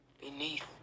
beneath